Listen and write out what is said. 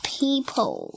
people